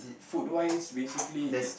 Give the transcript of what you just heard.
food wise basically it